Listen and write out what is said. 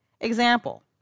Example